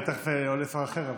ותכף עולה שר אחר.